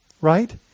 right